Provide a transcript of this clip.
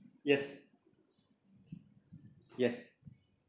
yes yes